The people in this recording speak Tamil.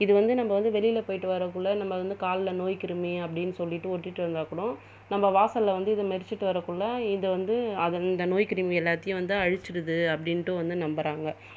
இது வந்து நம்ம வந்து வெளியில் போய்விட்டு வரதுக்குள்ள நம்ம வந்து காலில் நோய் கிருமி அப்படின்னு சொல்லிட்டு ஒட்டிட்டு இருந்தால் கூட நம்ம வாசலில் வந்து இதை மெதிச்சிட்டு வரதுக்குள்ள இதை வந்து அந்த நோய் கிருமி எல்லாத்தையும் வந்து அழித்திடுது அப்படினுட்டு வந்து நம்புறாங்க